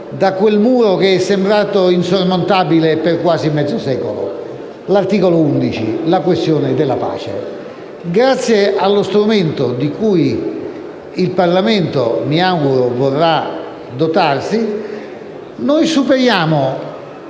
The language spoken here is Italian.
da quel muro che è sembrato insormontabile per quasi mezzo secolo: l'articolo 11 della Costituzione, la questione della pace. Grazie allo strumento di cui il Parlamento - mi auguro - vorrà dotarsi, noi superiamo